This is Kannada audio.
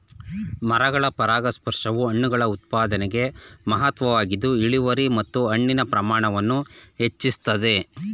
ಮರಗಳ ಪರಾಗಸ್ಪರ್ಶವು ಹಣ್ಣುಗಳ ಉತ್ಪಾದನೆಗೆ ಮಹತ್ವದ್ದಾಗಿದ್ದು ಇಳುವರಿ ಮತ್ತು ಹಣ್ಣಿನ ಪ್ರಮಾಣವನ್ನು ಹೆಚ್ಚಿಸ್ತದೆ